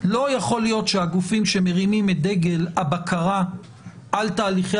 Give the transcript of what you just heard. לא יכול להיות שהגופים שמרימים את דגל הבקרה על תהליכי